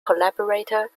collaborator